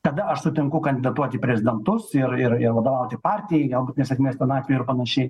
tada aš sutinku kandidatuot į prezidentus ir ir ir vadovauti partijai galbūt nesėkmės ten atveju ir panašiai